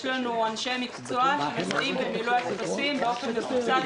יש לנו אנשי מקצוע שמסייעים במילוי הטפסים באופן מסובסד,